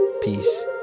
Peace